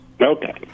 Okay